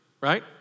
right